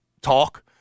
talk